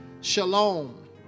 shalom